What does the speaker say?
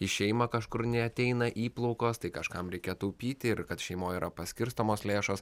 į šeimą kažkur neateina įplaukos tai kažkam reikia taupyti ir kad šeimoj yra paskirstomos lėšos